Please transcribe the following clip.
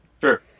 Sure